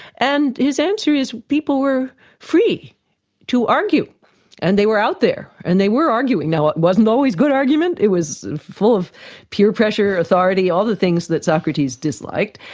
and his answer is that people were free to argue and they were out there. and they were arguing. now, it wasn't always good argument. it was full of peer pressure, authority all the things that socrates disliked.